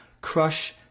crush